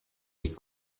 est